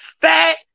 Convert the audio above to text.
fat